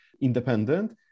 independent